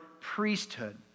priesthood